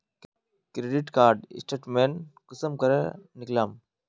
Credit card statement कुंसम करे निकलाम?